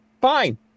Fine